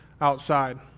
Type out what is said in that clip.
outside